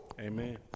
Amen